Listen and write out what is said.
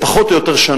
פחות או יותר,